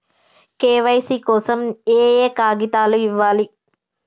KYC కోసం ఏయే కాగితాలు ఇవ్వాలి?